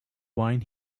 wine